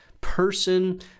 person